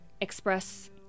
express